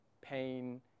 pain